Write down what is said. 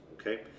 Okay